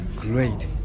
great